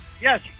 Yes